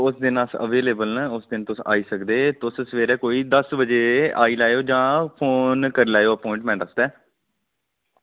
बिल्कुल बिल्कुल उस दिन अस अवेलएबल आं उस दिन तुस आई सकदे उस दिन कोई तुस दस्स बज्जे आई लैओ जां फोन करी लैओ अपॉइंटमेंट आस्तै